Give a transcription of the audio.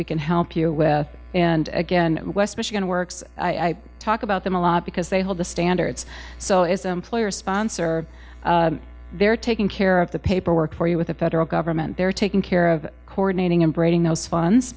we can help you with and again west michigan works i talk about them a lot because they hold the standards so is a player sponsor they're taking care of the paperwork for you with the federal government they're taking care of coordinating and breaking those funds